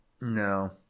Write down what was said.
No